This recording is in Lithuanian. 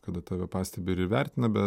kad tave pastebi ir įvertina bet